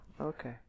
okay